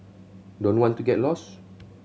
don't want to get lost